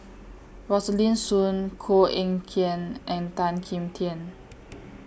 Rosaline Soon Koh Eng Kian and Tan Kim Tian